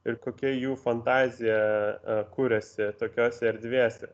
ir kokia jų fantazija kuriasi tokiose erdvėse